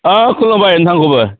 अ खुलुमबाय नोंथांखौबो